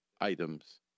items